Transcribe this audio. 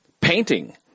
painting